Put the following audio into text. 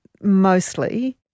mostly